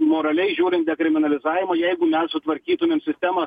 moraliai žiūrint dekriminalizavimą jeigu mes sutvarkytumėm sistemą